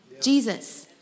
Jesus